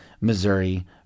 Missouri